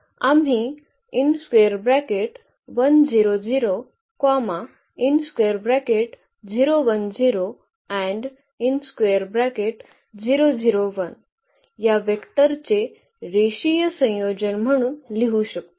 आम्ही या वेक्टरचे रेषीय संयोजन म्हणून लिहू शकतो